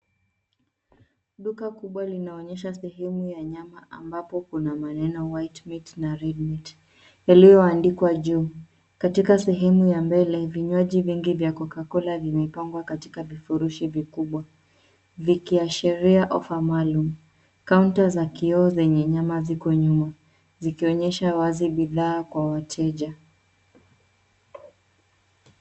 Duka kubwa linaonyesha sehemu ya nyama ambapo kuna maneno white meat na red meat yaliyoandikwa juu. Katika sehemu ya mbele vinywaji vingi vya Cocacola vimepangwa katika vifurushi vikubwa vikiashiria offer maalum. Kaunta za kioo zenye nyama ziko nyuma zikionyesha wazi bidhaa kwa wateja.